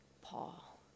Paul